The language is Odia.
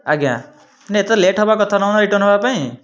ଆଜ୍ଞା ଏତେ ଲେଟ୍ ହେବା କଥା ନୁହଁ ରିଟର୍ନ୍ ହେବାପାଇଁ